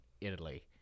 Italy